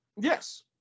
Yes